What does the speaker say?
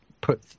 put